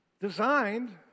Designed